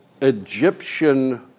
Egyptian